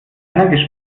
einer